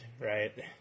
right